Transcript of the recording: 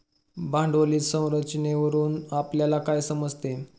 भांडवली संरचनेवरून आपल्याला काय समजते?